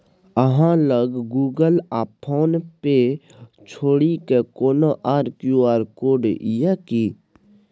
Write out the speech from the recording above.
अहाँ लग गुगल आ फोन पे छोड़िकए कोनो आर क्यू.आर कोड यै कि?